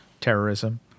terrorism